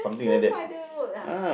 grandfather road ah